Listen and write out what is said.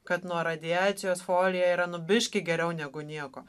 kad nuo radiacijos folija yra nu biškį geriau negu nieko